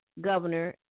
governor